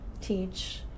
teach